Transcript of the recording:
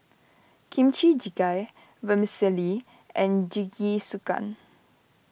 Kimchi Jjigae Vermicelli and Jingisukan